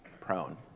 prone